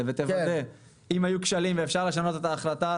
ותוודא אם היו כשלים ואפשר לשנות את ההחלטה,